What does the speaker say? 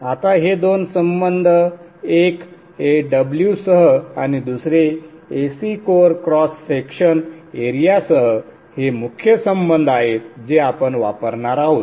आता हे दोन संबंध एक Aw सह आणि दुसरे Ac कोअर क्रॉस सेक्शन एरियासह हे मुख्य संबंध आहेत जे आपण वापरणार आहोत